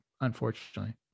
unfortunately